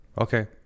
Okay